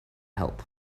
help